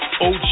OG